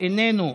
איננו,